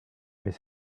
mais